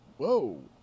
Whoa